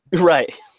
Right